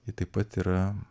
ji taip pat yra